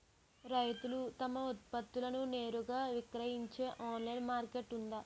రైతులు తమ ఉత్పత్తులను నేరుగా విక్రయించే ఆన్లైన్ మార్కెట్ ఉందా?